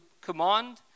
command